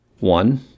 One